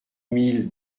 mille